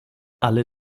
alle